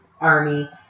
army